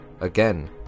Again